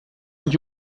und